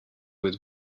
with